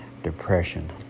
depression